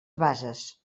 bases